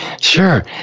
Sure